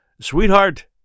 Sweetheart